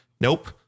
nope